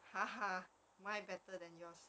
mine better than yours